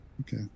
Okay